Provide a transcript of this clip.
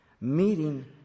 meeting